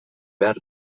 behar